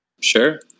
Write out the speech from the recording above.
sure